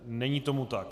Není tomu tak.